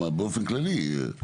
--- באופן כללי.